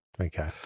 Okay